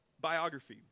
biography